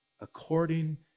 according